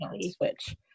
switch